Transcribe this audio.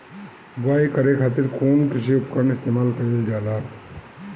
बुआई करे खातिर कउन कृषी उपकरण इस्तेमाल कईल जाला?